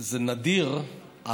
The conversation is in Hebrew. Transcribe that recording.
נדיר,